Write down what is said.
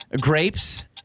grapes